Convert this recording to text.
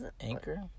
anchor